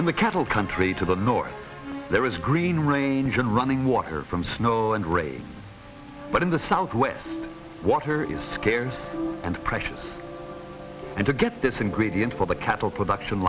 in the cattle country to the north there is green range and running water from snow and rain but in the southwest water is scarce and precious and to get this ingredient for the cattle production